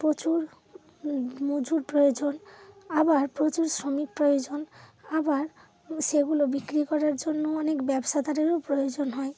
প্রচুর মজুর প্রয়োজন আবার প্রচুর শ্রমিক প্রয়োজন আবার সেগুলো বিক্রি করার জন্য অনেক ব্যবসাদারেরও প্রয়োজন হয়